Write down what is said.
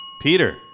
Peter